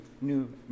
new